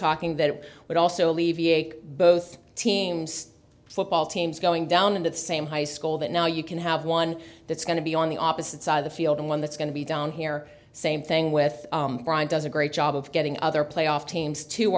talking that would also alleviate both teams football teams going down into the same high school but now you can have one that's going to be on the opposite side of the field and one that's going to be down here same thing with does a great job of getting other playoff teams to